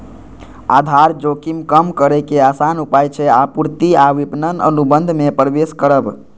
आधार जोखिम कम करै के आसान उपाय छै आपूर्ति आ विपणन अनुबंध मे प्रवेश करब